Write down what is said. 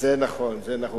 זה נכון, זה נכון.